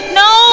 no